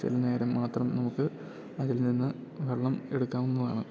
ചെല നേരം മാത്രം നമുക്ക് അതിൽ നിന്ന് വെള്ളം എടുക്കാവുന്നതാണ്